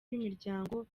b’imiryango